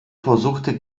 versuchte